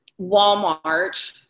Walmart